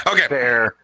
Okay